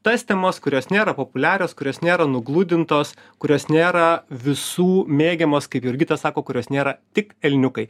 tas temas kurios nėra populiarios kurios nėra nugludintos kurios nėra visų mėgiamos kaip jurgita sako kurios nėra tik elniukai